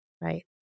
Right